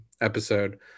episode